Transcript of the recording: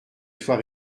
soit